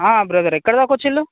brother ఎక్కడదాకా వచ్చిళ్ళు